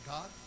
God